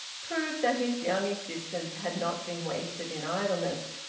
proved that his young existence had not been wasted in idleness.